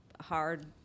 Hard